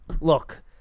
look